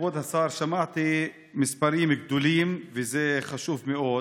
כבוד השר, שמעתי מספרים גדולים, וזה חשוב מאוד.